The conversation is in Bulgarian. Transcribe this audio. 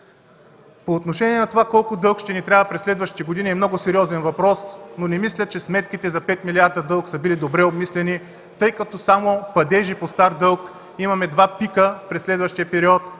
По отношение на това колко дълг ще ни трябва през следващите години. Много сериозен въпрос, но не мисля, че сметките за пет милиарда дълг са били добре обмислени, тъй като само падежи по стар дълг имаме два пика през следващия период